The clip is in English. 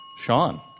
Sean